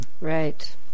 Right